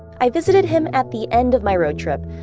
i visited him at the end of my road trip,